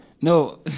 No